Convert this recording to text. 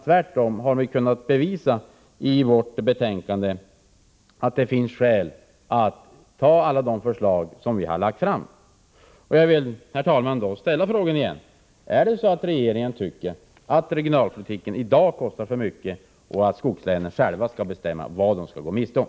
Tvärtom har vi kunnat bevisa i vårt betänkande att det finns skäl att gå med på alla de förslag som vi har lagt fram. Jag vill, herr talman, ställa frågan igen: Tycker regeringen att regionalpolitiken i dag kostar för mycket och att skogslänen själva skall bestämma vad de skall gå miste om?